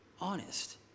Honest